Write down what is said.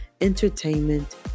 entertainment